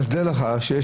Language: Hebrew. אז תדע לך שיש